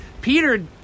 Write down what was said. Peter